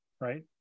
right